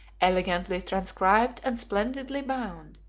elegantly transcribed and splendidly bound,